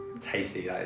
tasty